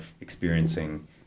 experiencing